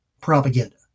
propaganda